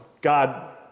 God